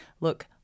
look